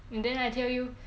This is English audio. and then I tell you